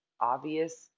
obvious